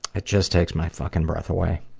it just takes my fucking breath away.